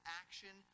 action